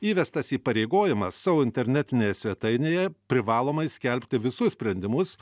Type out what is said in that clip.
įvestas įpareigojimas savo internetinėje svetainėje privalomai skelbti visus sprendimus